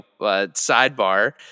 sidebar